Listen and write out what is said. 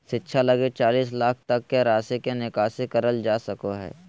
शिक्षा लगी चालीस लाख तक के राशि के निकासी करल जा सको हइ